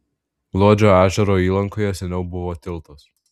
luodžio ežero įlankoje seniau buvo tiltas